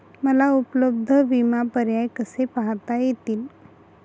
मला उपलब्ध विमा पर्याय कसे पाहता येतील?